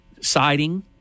siding